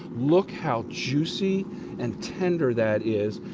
look how juicy and tender that is.